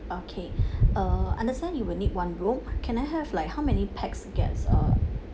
okay uh understand you will need one room can I have like how many pax guest uh